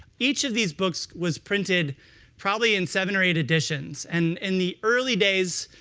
each of these books was printed probably in seven or eight editions. and in the early days,